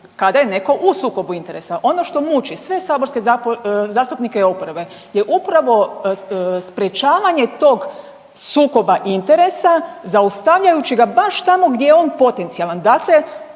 kada je netko u sukobu interesa. Ono što muče sve saborske zastupnike oporbe je upravo sprječavanje tog sukoba interesa zaustavljajući ga baš tamo gdje je on potencijalan,